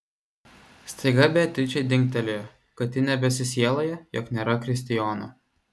staiga beatričei dingtelėjo kad ji nebesisieloja jog nėra kristijono